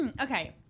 okay